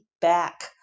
back